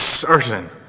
certain